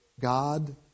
God